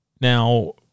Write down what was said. Now